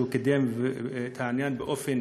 הוא קידם את העניין באופן